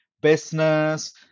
business